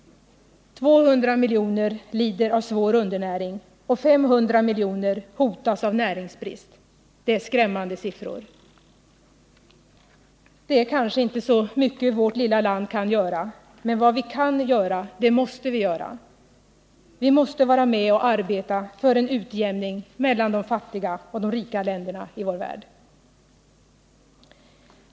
200 miljoner lider av svår undernäring, och 500 miljoner hotas av näringsbrist. Detta är skrämmande siffror. Det är kanske inte så mycket vårt lilla land kan göra — men vad vi kan göra, det måste vi göra. Vi måste vara med och arbeta för en utjämning mellan de fattiga och de rika länderna i vår värld.